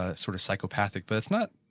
ah sort of psychopathic, but it's not,